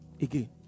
again